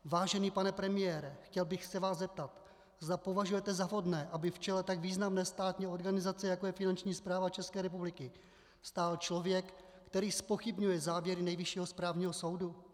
Vážený pane premiére, chtěl bych se vás zeptat, zda považujete za vhodné, aby v čele tak významné státní organizace, jako je Finanční správa České republiky, stál člověk, který zpochybňuje závěry Nejvyššího správního soudu?